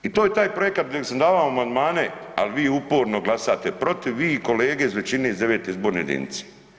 I to je taj projekat koji sam davao amandmane, ali vi uporno glasate protiv, vi i kolege iz većine iz 9. izborne jedinice.